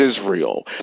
Israel